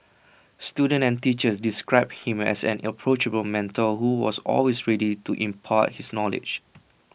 students and teachers described him as an approachable mentor who was always ready to impart his knowledge